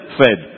fed